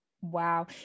wow